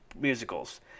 musicals